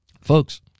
Folks